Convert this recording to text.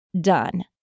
done